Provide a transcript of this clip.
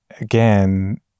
again